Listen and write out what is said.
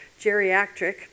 geriatric